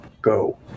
go